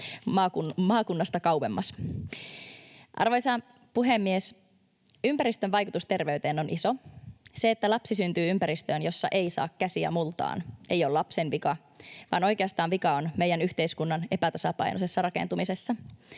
maakunnasta kauemmas. Arvoisa puhemies! Ympäristön vaikutus terveyteen on iso. Se, että lapsi syntyy ympäristöön, jossa ei saa käsiä multaan, ei ole lapsen vika, vaan oikeastaan vika on meidän yhteiskunnan epätasapainoisessa rakentumisessa.